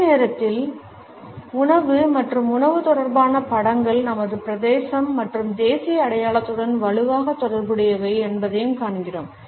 அதே நேரத்தில் உணவு மற்றும் உணவு தொடர்பான படங்கள் நமது பிரதேசம் மற்றும் தேசிய அடையாளத்துடன் வலுவாக தொடர்புடையவை என்பதைக் காண்கிறோம்